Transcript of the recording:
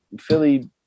Philly